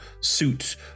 suit